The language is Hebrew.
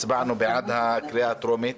הצבענו בעד הקריאה הטרומית